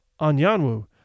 Anyanwu